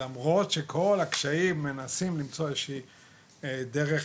למרות כל הקשיים, מנסים למצוא איזו שהיא דרך,